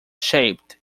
shaped